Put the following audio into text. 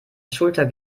schulter